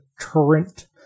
current